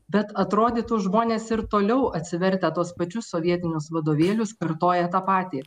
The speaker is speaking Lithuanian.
bet atrodytų žmonės ir toliau atsivertę tuos pačius sovietinius vadovėlius kartoja tą patį